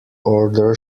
order